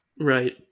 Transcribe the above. right